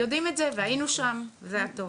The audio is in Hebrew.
ואנחנו יודעים את זה והיינו שם, זה היה טוב.